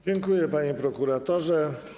Dziękuję, panie prokuratorze.